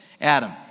Adam